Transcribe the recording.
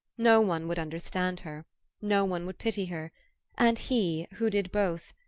no one would understand her no one would pity her and he, who did both,